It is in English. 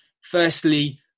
firstly